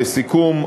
לסיכום,